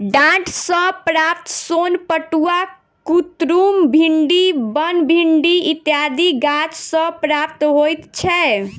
डांट सॅ प्राप्त सोन पटुआ, कुतरुम, भिंडी, बनभिंडी इत्यादि गाछ सॅ प्राप्त होइत छै